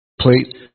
plate